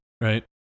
Right